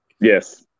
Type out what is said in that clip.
Yes